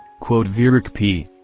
quote viereck p.